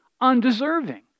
undeserving